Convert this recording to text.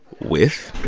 with.